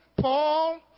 Paul